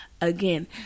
again